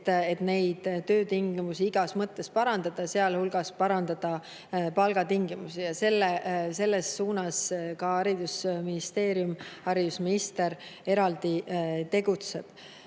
on neid töötingimusi igas mõttes parandada, sealhulgas parandada palgatingimusi. Selles suunas ka haridusministeerium ja haridusminister eraldi tegutsevad. Eraldi